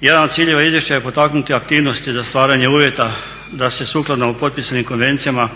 Jedan od ciljeva izvješća je potaknuti aktivnosti za stvaranje uvjeta da se sukladno potpisanim konvencijama